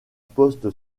poste